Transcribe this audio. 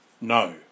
No